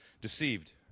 deceived